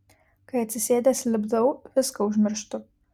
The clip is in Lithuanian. kai atsisėdęs lipdau viską užmirštu